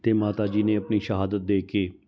ਅਤੇ ਮਾਤਾ ਜੀ ਨੇ ਆਪਣੀ ਸ਼ਹਾਦਤ ਦੇ ਕੇ